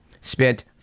spent